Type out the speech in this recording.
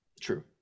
True